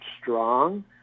strong